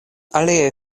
aliaj